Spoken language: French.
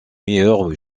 meilleur